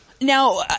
Now